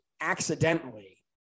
accidentally